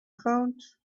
count